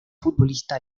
futbolista